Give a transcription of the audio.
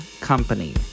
company